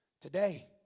today